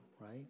right